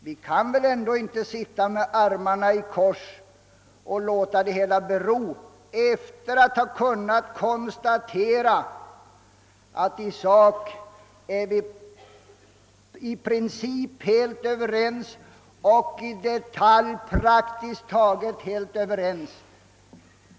Vi kan väl ändå inte sitta med armarna i kors och låta det hela bero efter att ha kunnat konstatera att vi i princip och även i detalj är praktiskt taget helt överens?